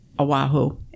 Oahu